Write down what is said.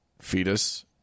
fetus